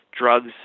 drugs